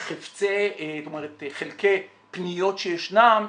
חלקי פניות שישנן,